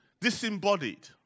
Disembodied